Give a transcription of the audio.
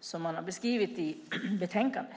som man har beskrivit i betänkandet.